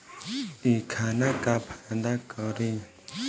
इ खाना का फायदा करी